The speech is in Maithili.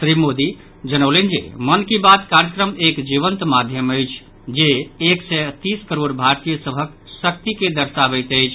श्री मोदी जनौलनि जे मन की बात कार्यक्रम एक जीवंत माध्यम अछि जे एक सय तीस करोड़ भारतीय सभक शक्ति के दरशाबैत अछि